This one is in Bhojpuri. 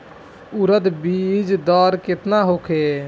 उरद बीज दर केतना होखे?